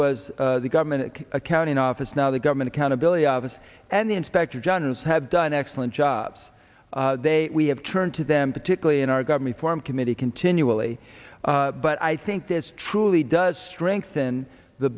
was the government accounting office now the government accountability office and the inspector generals have done excellent jobs they we have turned to them particularly in our government form committee continually but i think this truly does strengthen the